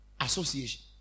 association